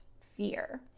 fear